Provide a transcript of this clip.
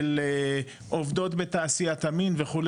של עובדות בתעשיית המין וכו',